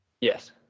Yes